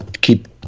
keep